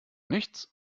nichts